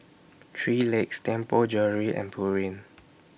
three Legs Tianpo Jewellery and Pureen